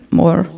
more